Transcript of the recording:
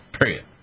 Period